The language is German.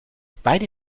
beide